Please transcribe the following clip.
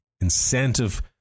incentive